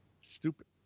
Stupid